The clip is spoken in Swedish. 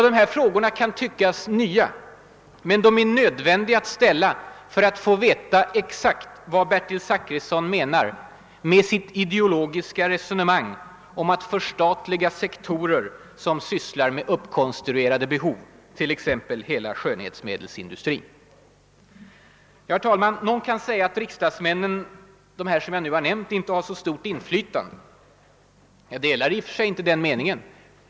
De här frågorna kan tyckas nya, men de är nödvändiga att ställa för att få veta exakt vad Bertil Zachrisson menar med sitt ideologiska resonemang om att förstatliga sektorer som sysslar med »uppkonstruerade behov, t.ex. hela skönhetsmedelsindustrin». Någon kan säga att de här riksdagsmännen inte har så stort inflytande. Jag delar inte den meningen.